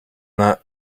that